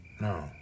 no